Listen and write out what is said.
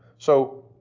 so,